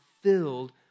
filled